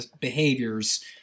behaviors